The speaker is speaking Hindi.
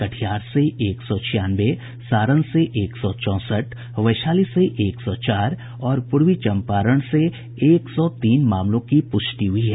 कटिहार से एक सौ छियानवे सारण से एक सौ चौंसठ वैशाली से एक सौ चार और पूर्वी चंपारण एक सौ तीन मामलों की पुष्टि हुई है